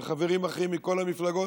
וחברים אחרים מכל המפלגות,